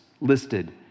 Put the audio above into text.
listed